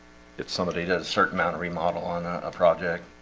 it's somebody does a certain amount of remodel on ah a project.